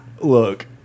Look